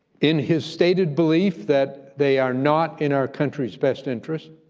in his stated belief that they are not in our country's best interests,